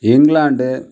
England